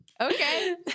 Okay